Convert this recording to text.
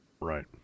Right